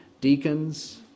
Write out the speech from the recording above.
Deacons